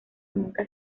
nunca